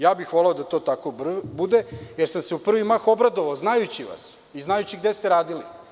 Ja bih voleo da to tako bude, jer sam se u prvi mah obradovao, znajući vas i znajući gde ste radili.